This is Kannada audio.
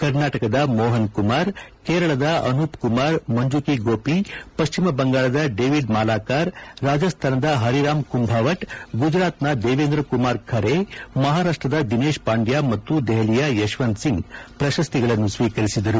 ಕರ್ನಾಟಕದ ಮೋಹನ್ ಕುಮಾರ್ ಕೇರಳದ ಅನೂಪ್ ಕುಮಾರ್ ಮಂಜುಕಿ ಗೋಪಿ ಪಶ್ಚಿಮ ಬಂಗಾಳದ ಡೇವಿಡ್ ಮಾಲಾಕಾರ್ ರಾಜಸ್ನಾನದ ಹರಿರಾಮ್ ಕುಂಭಾವಟ್ ಗುಜರಾತ್ನ ದೇವೇಂದ್ರ ಕುಮಾರ್ ಖರೆ ಮಹಾರಾಷ್ಟ್ರದ ದಿನೇಶ್ ಪಾಂಡ್ಯಾ ಮತ್ತು ದೆಹಲಿಯ ಯಶವಂತ್ ಸಿಂಗ್ ಪ್ರಶಸ್ತಿಗಳನ್ನು ಸ್ವೀಕರಿಸಿದರು